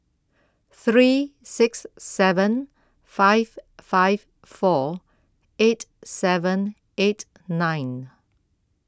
three six seven five five four eight seven eight nine